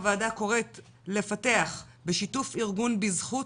הוועדה קוראת לפתח בשיתוף ארגון בזכות